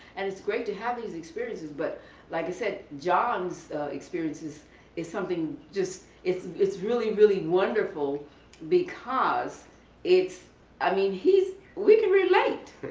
and it's great to have these experiences. but like i said, john's experience is something just it's it's really really wonderful because it's i mean he's, we can relate.